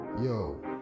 Yo